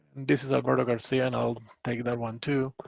this is alberto garcia, and i'll take that one too.